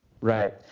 Right